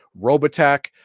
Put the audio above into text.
Robotech